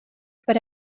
per